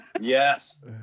yes